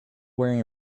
wearing